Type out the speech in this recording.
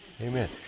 Amen